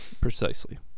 Precisely